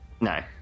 No